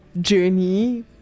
journey